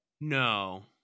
No